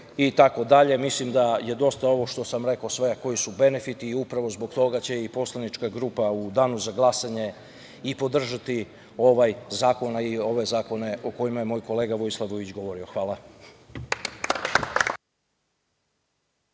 itd. Mislim da je dosta ovo što sam rekao sve, koji su benefiti i upravo zbog toga će i poslanička grupa u danu za glasanje i podržati ove zakone o kojima je moj kolega Vujislav Vujić govorio. Hvala.